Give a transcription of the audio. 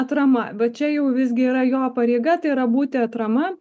atrama va čia jau visgi yra jo pareiga tai yra būti atrama